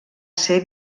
ser